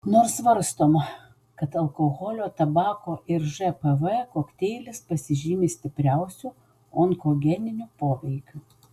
nors svarstoma kad alkoholio tabako ir žpv kokteilis pasižymi stipriausiu onkogeniniu poveikiu